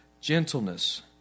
gentleness